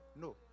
No